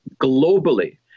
globally